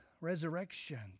Resurrection